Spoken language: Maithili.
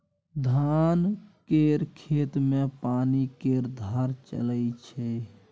धान केर खेत मे पानि केर धार चलइ छै